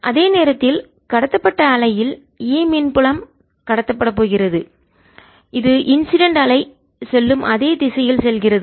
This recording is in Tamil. அதே நேரத்தில் கடத்தப்பட்ட அலையில் E மின் புலம் கடத்தப்பட போகிறது அது இன்சிடென்ட் அலை செல்லும் அதே திசையில் செல்கிறது